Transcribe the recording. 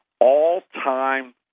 all-time